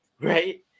right